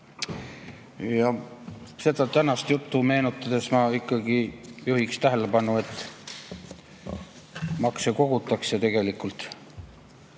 Aga tänast juttu meenutades ma ikkagi juhiksin tähelepanu, et makse kogutakse tegelikult